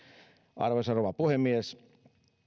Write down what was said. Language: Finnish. arvoisa rouva puhemies